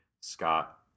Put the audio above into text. Scott